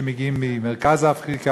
שמגיעים ממרכז אפריקה,